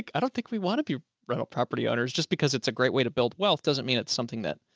i don't think we want to be rental property owners. just because it's a great way to build wealth doesn't mean it's something that.